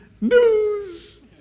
news